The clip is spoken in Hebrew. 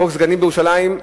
חוק סגנים בירושלים,